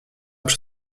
przy